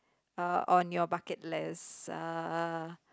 uh on your bucket list uh